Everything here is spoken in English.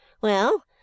Well